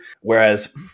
Whereas